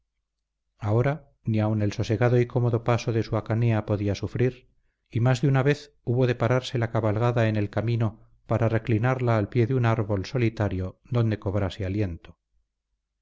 ahora ni aun el sosegado y cómodo paso de su hacanea podía sufrir y más de una vez hubo de pararse la cabalgada en el camino para reclinarla al pie de un árbol solitario donde cobrase aliento